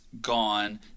gone